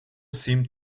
seems